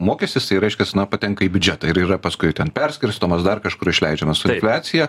mokestis tai reiškias na patenka į biudžetą ir yra paskui ten perskirstomas dar kažkur išleidžiamas su infliacija